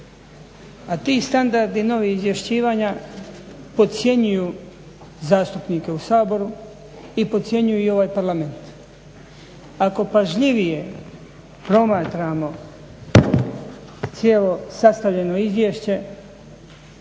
a ti standardi novi izvješćivanja podcjenjuju zastupnike u Saboru i podcjenjuju ovaj Parlament. Ako pažljivije promatramo cijelo sastavljeno izvješće